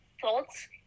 thoughts